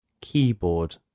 KEYBOARD